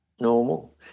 normal